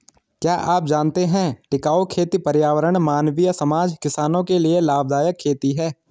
क्या आप जानते है टिकाऊ खेती पर्यावरण, मानवीय समाज, किसानो के लिए लाभदायक खेती है?